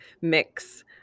mix